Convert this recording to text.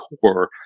core